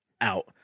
out